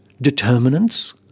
determinants